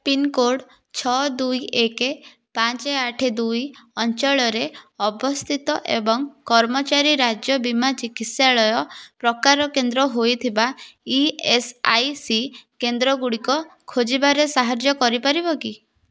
pincode ଛଅ ଦୁଇ ଏକ ପାଞ୍ଚ ଆଠ ଦୁଇ ଅଞ୍ଚଳରେ ଅବସ୍ଥିତ ଏବଂ କର୍ମଚାରୀ ରାଜ୍ୟ ବୀମା ଚିକିତ୍ସାଳୟ ପ୍ରକାର କେନ୍ଦ୍ର ହୋଇଥିବା ଇ ଏସ୍ ଆଇ ସି କେନ୍ଦ୍ରଗୁଡ଼ିକ ଖୋଜିବାରେ ସାହାଯ୍ୟ କରିପାରିବ କି